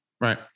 Right